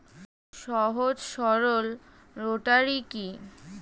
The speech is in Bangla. সহজ সরল রোটারি কি?